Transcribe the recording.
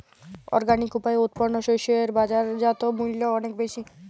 organic উপায়ে উৎপন্ন শস্য এর বাজারজাত মূল্য অনেক বেশি